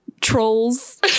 trolls